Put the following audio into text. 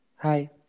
Hi